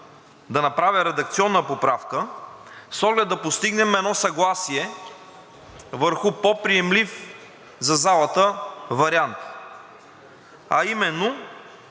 да направя редакционна поправка с оглед да постигнем едно съгласие върху по-приемлив за залата вариант, а именно